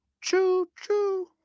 choo-choo